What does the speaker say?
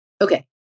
Okay